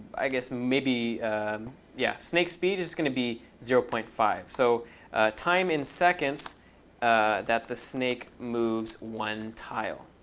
i guess, maybe yeah, snake speed is going to be zero point five. so time in seconds that the snake moves one tile,